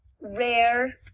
rare